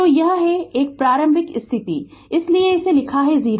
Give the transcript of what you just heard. Refer Slide Time 0404 तो यह है और यह प्रारंभिक स्थिति है इसलिए इसे लिखा 0 है